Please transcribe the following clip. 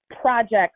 projects